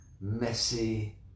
messy